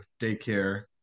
daycare